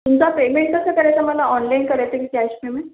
तुमचा पेमेंट कसं करायचा मला ऑनलाईन करायचं की कॅश पेमेंट